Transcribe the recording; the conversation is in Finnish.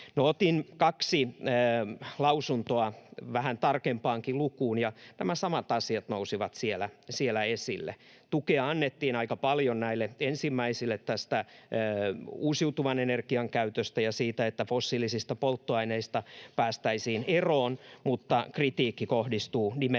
otin kaksi lausuntoa vähän tarkempaankin lukuun, ja nämä samat asiat nousivat siellä esille. Tukea annettiin aika paljon näille ensimmäisille tästä uusiutuvan energian käytöstä ja siitä, että fossiilisista polttoaineista päästäisiin eroon, mutta kritiikki kohdistuu nimenomaan